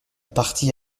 partie